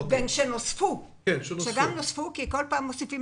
וגם אלה שנוספו כי כל פעם מוסיפים,